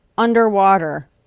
Underwater